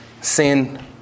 sin